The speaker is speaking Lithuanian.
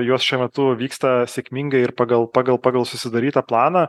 juos šiuo metu vyksta sėkmingai ir pagal pagal pagal susidarytą planą